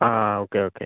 ആ okay okay